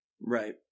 Right